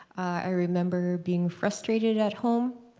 i remember being frustrated, at home,